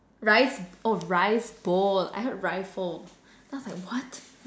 rice oh rice bowl I heard rifle then I was like what